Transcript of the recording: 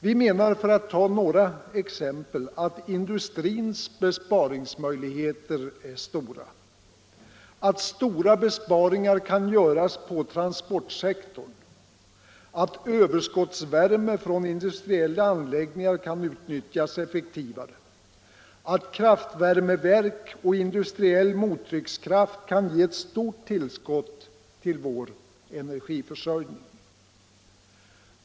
Vi menar, för att ta några exempel, att industrins besparingsmöjligheter är stora, att stora besparingar kan göras på transportsektorn, att överskottsvärme från industriella anläggningar kan utnyttjas effektivare, att kraftvärmeverk och industriell mottryckskraft kan ge ett stort tillskott till vår energiförsörjning.